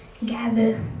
Gather